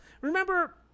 Remember